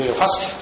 first